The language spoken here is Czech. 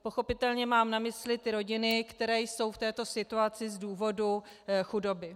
Pochopitelně mám na mysli ty rodiny, které jsou v této situaci z důvodu chudoby.